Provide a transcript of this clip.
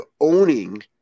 owning